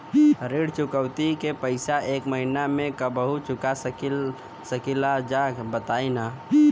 ऋण चुकौती के पैसा एक महिना मे कबहू चुका सकीला जा बताईन जा?